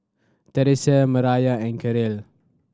Terese Mariyah and Karyl